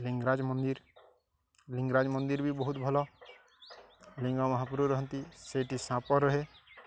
ଲିଙ୍ଗରାଜ ମନ୍ଦିର୍ ଲିଙ୍ଗରାଜ ମନ୍ଦିର୍ ବି ବହୁତ ଭଲ ଲିଙ୍ଗ ମହାପୁର ରହନ୍ତି ସେଇଠି ସାପ ରୁହେ